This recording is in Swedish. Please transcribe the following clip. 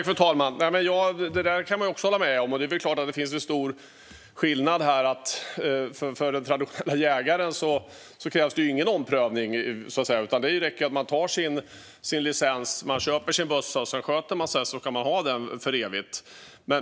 Fru talman! Det kan jag hålla med om. Det är klart att det finns en stor skillnad här. För den traditionella jägaren krävs det ju ingen omprövning, utan det räcker att man får sin licens, köper sig en bössa och sedan sköter sig för att man ska kunna ha den för evigt.